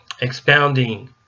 expounding